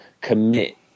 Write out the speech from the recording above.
commit